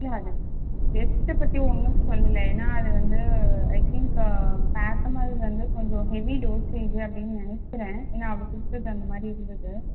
இல்லை அது டெஸ்ட்டப்பற்றி ஒன்றும் சொல்லல்ல ஏன்னா அது வந்து ஐ திங்க் பேத்தமல் வந்து கொஞ்சம் ஹெவி டோஸ்டேஜ் அப்படின் நினைக்கிறேன் ஏன்னா அவரு கொடுத்தது அந்தமாதிரி இருந்தது